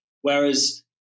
whereas